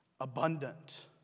abundant